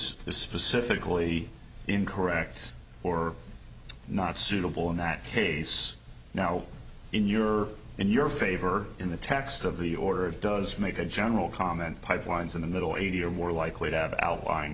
specifically in correct or not suitable in that case now in your in your favor in the text of the order of does make a general comment pipelines in the middle eighty are more likely t